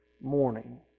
morning